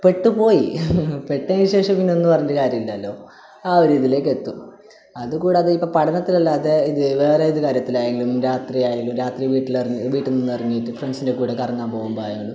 പെട്ടുപോയി പെട്ടതിന് ശേഷം പിന്നെ ഒന്നു പറഞ്ഞിട്ട് കാര്യമില്ലല്ലോ ആ ഒരു ഇതിലേക്ക് എത്തും അതുകൂടാതെ ഇപ്പോൾ പഠനത്തിലല്ലാതെ ഇത് വേറെ ഒരു കാര്യത്തിലായാലും രാത്രിയായാലും രാത്രി വീട്ടിൽ നിന്ന് വീട്ടിൽ നിന്ന് ഇറങ്ങിയിട്ട് ഫ്രണ്ട്സിന്റെ കൂടെ കറങ്ങാൻ പോകുമ്പോൾ ആയാലും